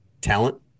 talent